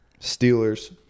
Steelers